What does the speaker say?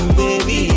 baby